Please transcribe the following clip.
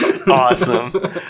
awesome